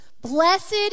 Blessed